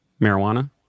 Marijuana